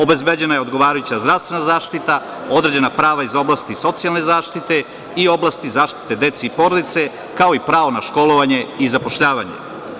Obezbeđena je odgovarajuća zdravstvena zaštita, određena prava iz oblasti socijalne zaštite i oblasti zaštite dece i porodice, kao i pravo na školovanje i zapošljavanje.